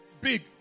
big